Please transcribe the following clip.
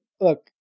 look